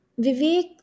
Vivek